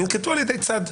ננקטו על ידי צד.